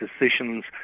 decisions